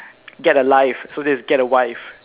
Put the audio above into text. get a life so this is get a wife